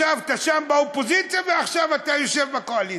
ישבת שם באופוזיציה, ועכשיו אתה יושב בקואליציה.